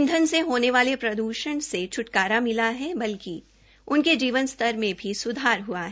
इंधन से होने वाले प्रदूषण से छुटकारा मिला है अपितु उनके जीवन स्तर में भी सुधार हुआ है